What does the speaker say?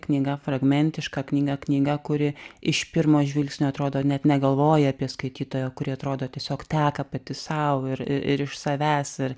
knyga fragmentiška knyga knyga kuri iš pirmo žvilgsnio atrodo net negalvoja apie skaitytoją kuri atrodo tiesiog teka pati sau ir ir iš savęs ir